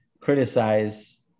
criticize